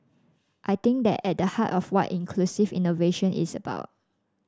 I think that's at the heart of what inclusive innovation is about